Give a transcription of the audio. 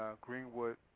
Greenwood